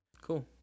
Cool